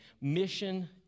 mission